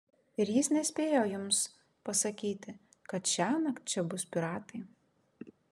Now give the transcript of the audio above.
ir jis nespėjo jums pasakyti kad šiąnakt čia bus piratai